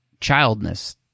childness